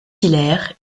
hilaire